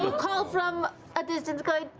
ah call from a distance going,